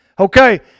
Okay